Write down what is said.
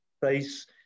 face